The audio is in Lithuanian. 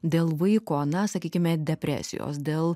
dėl vaiko na sakykime depresijos dėl